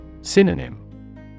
Synonym